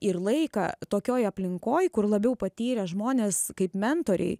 ir laiką tokioj aplinkoj kur labiau patyrę žmonės kaip mentoriai